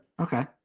Okay